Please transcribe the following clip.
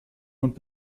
und